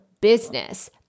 business